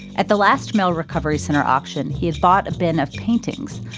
at the last mail recovery center auction, he had bought a bin of paintings.